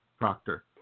Proctor